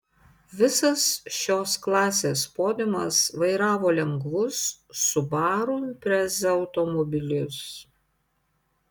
visas šios klasės podiumas vairavo lengvus subaru impreza automobilius